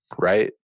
Right